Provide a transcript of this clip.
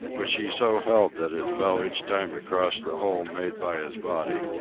which he so held that it fell each time across the hole made by his body.